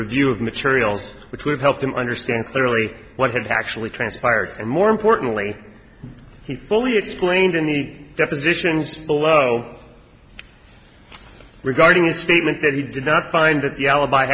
review of materials which would help them understand clearly what had actually transpired and more importantly he fully explained in the depositions below regarding his statement that he did not find that the alibi